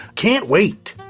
can't wait.